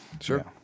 Sure